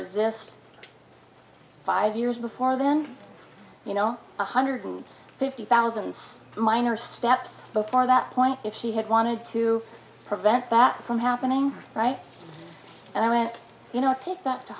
resist five years before then you know one hundred fifty thousand minor steps before that point if she had wanted to prevent that from happening right and i went you know take that to